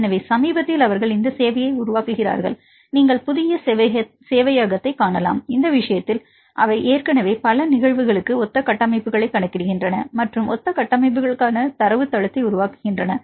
எனவே சமீபத்தில் அவர்கள் இந்த சேவையை உருவாக்குகிறார்கள் நீங்கள் புதிய சேவையகத்தைக் காணலாம் இந்த விஷயத்தில் அவை ஏற்கனவே பல நிகழ்வுகளுக்கு ஒத்த கட்டமைப்புகளைக் கணக்கிடுகின்றன மற்றும் ஒத்த கட்டமைப்புகளுக்கான தரவுத்தளத்தை உருவாக்குகின்றன